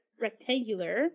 Rectangular